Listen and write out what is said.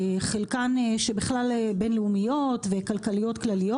שחלקן בכלל בין-לאומיות וכלכליות כלליות.